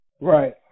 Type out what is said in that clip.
Right